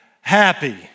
happy